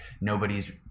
nobody's